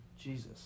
Jesus